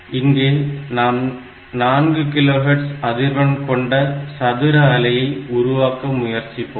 இங்கே நாம் 4 kilohertz அதிர்வெண் கொண்ட சதுர அலையை உருவாக்க முயற்சிப்போம்